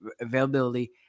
availability